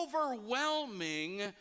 overwhelming